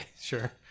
sure